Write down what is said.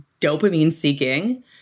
dopamine-seeking